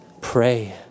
pray